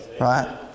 Right